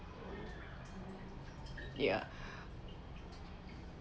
yeah